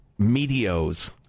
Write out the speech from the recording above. Meteos